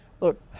look